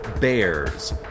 bears